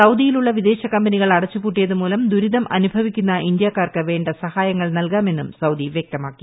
സൌദിയിലുള്ള് വിദേശ കമ്പനികൾ അടച്ചുപൂട്ടിയത് മൂലം ദുരിതം അനുഭവിക്കുന്ന ഇന്ത്യാക്കാർക്ക് വേണ്ട സഹായങ്ങൾ നൽകാമെന്നും സൌദി വ്യക്തമാക്കി